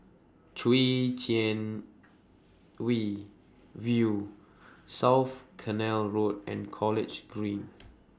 Chwee Chian V View South Canal Road and College Green